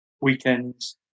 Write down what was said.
weekends